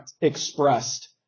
expressed